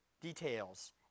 details